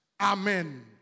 Amen